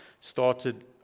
started